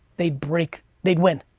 they'd break, they'd win.